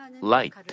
light